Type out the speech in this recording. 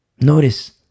Notice